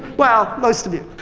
well, most of you.